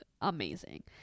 amazing